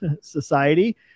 society